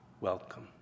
welcome